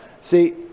See